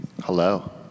Hello